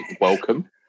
welcome